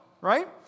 right